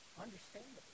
understandable